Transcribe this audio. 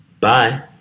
Bye